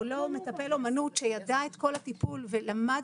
או לא מטפל אומנות שידע את כל הטיפול ולמד